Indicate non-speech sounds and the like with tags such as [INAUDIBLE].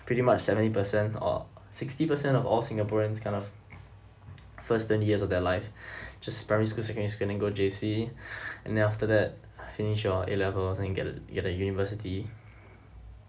pretty much seventy percent or sixty percent of all singaporeans kind of first twenty years of their life [BREATH] just primary school secondary screening then go J_C [BREATH] and then after that finish your A levels and you get to you get to university